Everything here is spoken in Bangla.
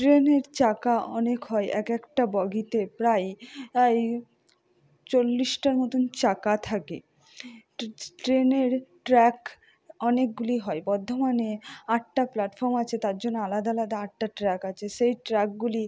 ট্রেনের চাকা অনেক হয় এক একটা বগিতে প্রায় চল্লিশটার মতন চাকা থাকে ট্রেনের ট্র্যাক অনেকগুলি হয় বর্ধমানে আটটা প্ল্যাটফর্ম আছে তার জন্য আলাদা আলাদা আটটা ট্র্যাক আছে সেই ট্র্যাকগুলি